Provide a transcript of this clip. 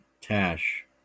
Tash